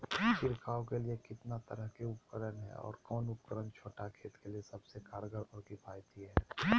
छिड़काव के लिए कितना तरह के उपकरण है और कौन उपकरण छोटा खेत के लिए सबसे कारगर और किफायती है?